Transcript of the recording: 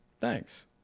thanks